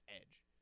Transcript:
Edge